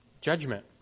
judgment